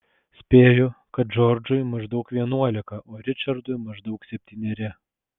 spėju kad džordžui maždaug vienuolika o ričardui maždaug septyneri